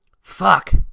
Fuck